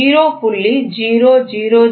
080 0